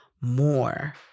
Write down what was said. more